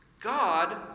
God